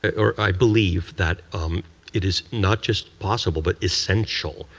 ah or i believe that um it is not just possible, but essential,